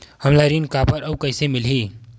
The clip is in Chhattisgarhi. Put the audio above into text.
हमला ऋण काबर अउ कइसे मिलही?